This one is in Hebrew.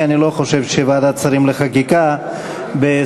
כי אני לא חושב שוועדת שרים לחקיקה צריכה